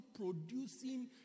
producing